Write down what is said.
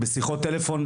בשיחות טלפון,